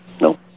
No